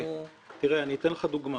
אני אתן לך דוגמה.